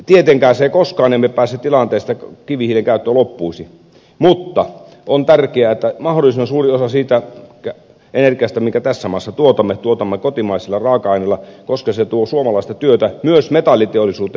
tietenkään emme koskaan pääse tilanteeseen että kivihiilen käyttö loppuisi mutta on tärkeää että mahdollisimman suuri osa siitä energiasta minkä tässä maassa tuotamme tuotamme kotimaisilla raaka aineilla koska se tuo suomalaista työtä myös metalliteollisuuteen